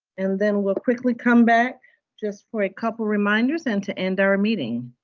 and then we'll quickly come back just for a couple of reminders and to end our meeting.